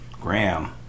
Graham